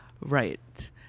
right